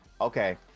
Okay